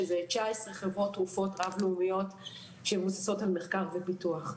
שזה 19 חברות תרופות רב-לאומיות שמבוססות על מחקר ופיתוח,